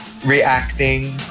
reacting